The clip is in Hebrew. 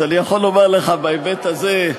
אז אני יכול לומר לך, בהיבט הזה,